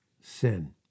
sin